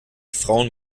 frauen